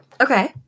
Okay